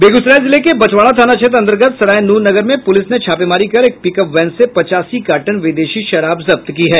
बेगूसराय जिले के बछवाड़ा थाना क्षेत्र अन्तर्गत सराय नूरनगर में पुलिस ने छापेमारी कर एक पिकअप वैन से पच्चासी कार्टन विदेशी शराब जब्त की है